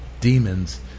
demons